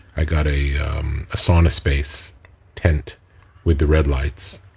i got a um sauna space tent with the red lights.